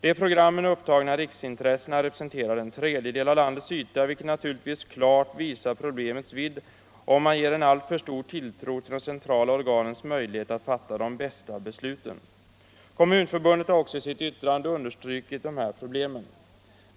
De i programmen upptagna riksintressena representerar en tredjedel av landets yta, vilket klart visar problemets vidd, om man sätter alltför stor tilltro till de centrala organens möjlighet att fatta de bästa besluten. Kommunförbundet har också i sitt yttrande understrukit de här problemen.